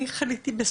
אני חליתי בסרטן,